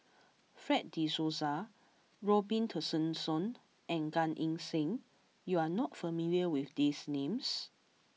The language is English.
Fred De Souza Robin Tessensohn and Gan Eng Seng you are not familiar with these names